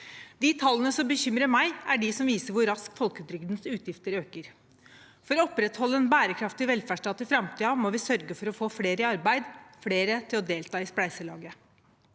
De tallene som bekymrer meg, er de som viser hvor raskt folketrygdens utgifter øker. For å opprettholde en bærekraftig velferdsstat i framtiden må vi sørge for å få flere i arbeid – flere til å delta i spleiselaget.